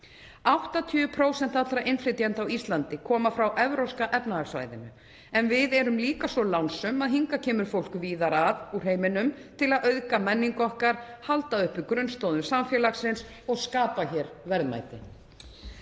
80% allra innflytjenda á Íslandi koma frá Evrópska efnahagssvæðinu en við erum líka svo lánsöm að hingað kemur fólk víðar að úr heiminum til að auðga menningu okkar, halda uppi grunnstoðum samfélagsins og skapa hér verðmæti.